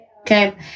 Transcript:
okay